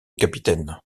capitaine